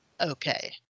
Okay